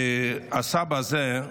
הסבא הזה,